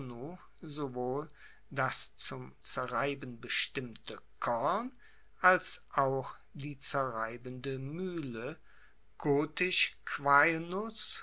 sowohl das zum zerreiben bestimmte korn als auch die zerreibende muehle gotisch